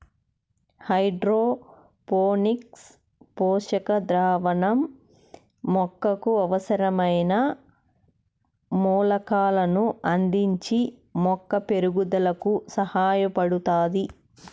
hydroponics పోషక ద్రావణం మొక్కకు అవసరమైన మూలకాలను అందించి మొక్క పెరుగుదలకు సహాయపడుతాది